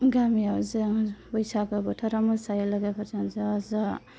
गामियाव जों बैसागु बोथोराव मोसायो लोगोफोरजों ज' ज'